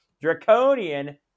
Draconian